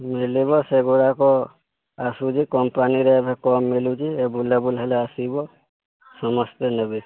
ମିଲିବ ସେଗୁଡ଼ାକ ଆସୁଛି କମ୍ପାନୀ ରେ ଏବେ କମ୍ ମିଲୁଛି ଅଭେଲେବଲ ହେଲେ ଆସିବ ସମସ୍ତେ ନେବେ